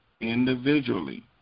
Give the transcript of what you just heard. individually